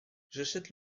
j’achète